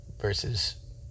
versus